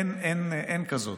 אין כזאת.